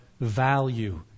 value